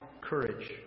courage